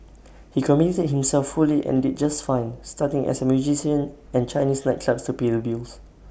he committed himself fully and did just fine starting as A musician and Chinese nightclubs to pay the bills